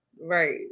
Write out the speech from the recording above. Right